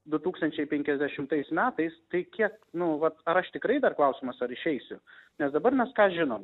du tūkstančiai penkiasdešimtais metais tai kiek nu vat ar aš tikrai dar klausimas ar išeisiu nes dabar mes ką žinom